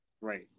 Right